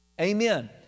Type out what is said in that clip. Amen